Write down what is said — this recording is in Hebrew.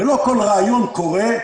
ולא כל רעיון קורה.